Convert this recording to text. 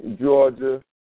Georgia